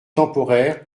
temporaire